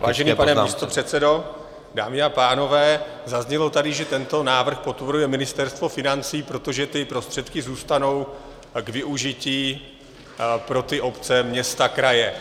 Vážený pane místopředsedo, dámy a pánové, zaznělo tady, že tento návrh podporuje Ministerstvo financí, protože ty prostředky zůstanou k využití pro obce, města a kraje.